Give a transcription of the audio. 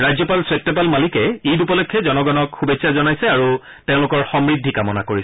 ৰাজ্যপাল সত্যপাল মালিকে ঈদ উপলক্ষে জনগণক শুভেচ্ছা জনাইছে আৰু তেওঁলোকৰ সমূদ্ধি কামনা কৰিছে